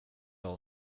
har